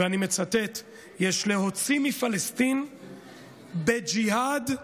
יש להוציא מפלסטין בג'יהאד,